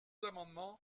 amendement